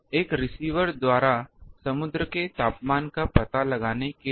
एक रिसीवर द्वारा समुद्र के तापमान का पता लगाने के लिए